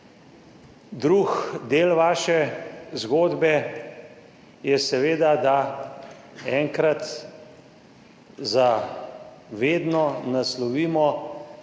Drug del vaše zgodbe je seveda, da enkrat za vedno naslovimo